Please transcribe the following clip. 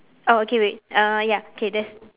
oh okay wait uh ya K there's